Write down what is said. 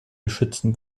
geschützen